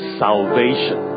salvation